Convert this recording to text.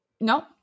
No